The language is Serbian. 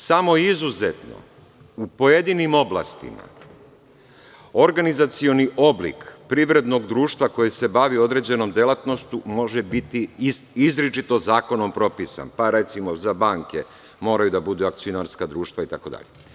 Samo izuzetno, u pojedinim oblastima, organizacioni oblik privrednog društva koje se bavi određenom delatnošću može biti izričito zakonom propisan, pa recimo banke moraju da budu akcionarska društva itd.